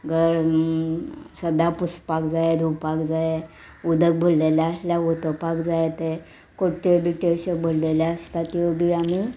घर सदां पुसपाक जाये धुवपाक जाये उदक भरलेलें आसल्यार वोतोवपाक जाय ते कोट्ट्यो बिट्ट्यो अश्यो भरलेल्यो आसता त्यो बी आमी